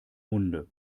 munde